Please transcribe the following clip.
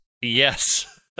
Yes